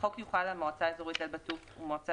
החוק יוחל על מועצה אזורית אל-בטוף ומועצה